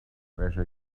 treasure